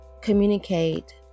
communicate